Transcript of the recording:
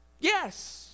Yes